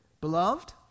Beloved